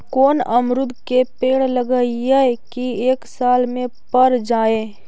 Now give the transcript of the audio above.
कोन अमरुद के पेड़ लगइयै कि एक साल में पर जाएं?